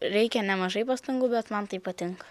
reikia nemažai pastangų bet man tai patinka